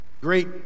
great